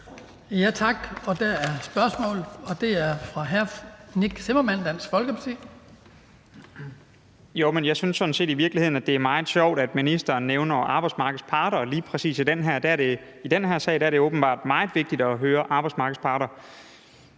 Tak. Der er spørgsmål, og det første er fra hr. Nick Zimmermann, Dansk Folkeparti. Kl. 19:54 Nick Zimmermann (DF): Jeg synes i virkeligheden, at det er meget sjovt, at ministeren nævner arbejdsmarkedets parter, og lige præcis i den her sag er det åbenbart meget vigtigt at høre arbejdsmarkedets parter.